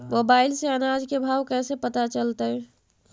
Mobile से अनाज के भाव कैसे पता चलतै?